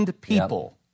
People